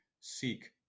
seek